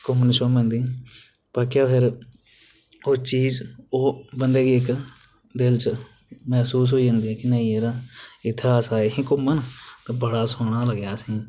घूमन शूमन दी पर केह् आखदे ओह् चीजा ओह् बंदे गी इक दिल च महसूस होई जंदी कि नेईं यरा इत्थें अस आए हे घूमन ते बड़ा सोह्ना लग्गेआ असेंगी